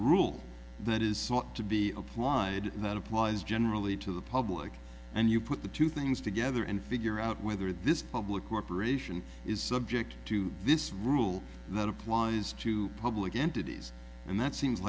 rule that is sought to be applied that applies generally to the public and you put the two things together and figure out whether this public corporation is subject to this rule that applies to public entities and that seems